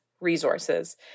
resources